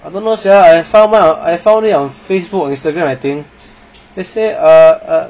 I don't know sia I found it I found it on Facebook Instagram I think they say err err